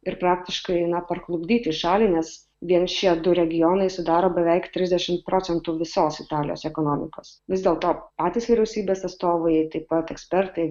ir praktiškai na parklupdyti šalį nes vien šie du regionai sudaro beveik trisdešim procentų visos italijos ekonomikos vis dėlto patys vyriausybės atstovai taip pat ekspertai